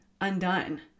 undone